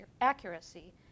accuracy